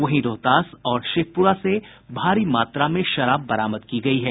वहीं रोहतास और शेखपुरा से भारी मात्रा में शराब बरामद की गयी है